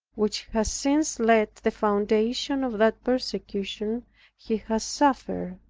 which has since laid the foundation of that persecution he has suffered.